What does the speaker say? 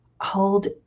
hold